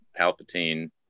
Palpatine